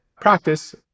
practice